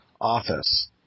office